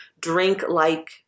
drink-like